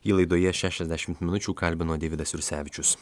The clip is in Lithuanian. jį laidoje šešiasdešimt minučių kalbino deividas jursevičius